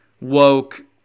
Woke